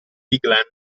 bigland